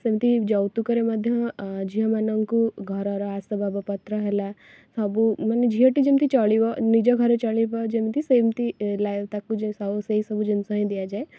ସେମିତି ଯୌତୁକରେ ମଧ୍ୟ ଆଁ ଝିଅମାନଙ୍କୁ ଘରର ଆସବାବପତ୍ର ହେଲା ସବୁ ମାନେ ଝିଅଟି ଯେମିତି ଚଳିବ ନିଜ ଘରେ ଚଳିବ ଯେମିତି ସେମିତି ଲାୟ ତାକୁ ଯେଉଁସବୁ ସେଇସବୁ ଜିନିଷ ହିଁ ଦିଆଯାଏ